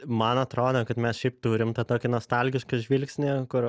man atrodo kad mes šiaip turim tą tokį nostalgišką žvilgsnį kur